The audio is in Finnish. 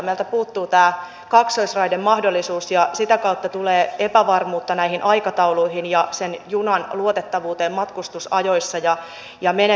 meiltä puuttuu tämä kaksoisraidemahdollisuus ja sitä kautta tulee epävarmuutta näihin aikatauluihin ja sen junan luotettavuuteen matkustusajoissa ja menemisissä